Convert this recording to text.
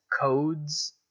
codes